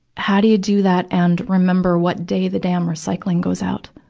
how do you do that and remember what day the damn recycling goes out,